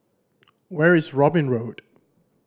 where is Robin Road